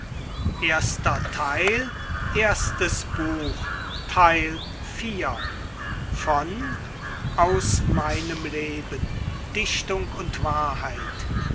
aus meinem leben dichtung und wahrheit